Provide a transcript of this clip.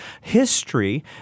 history